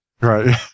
right